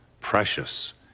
precious